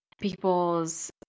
people's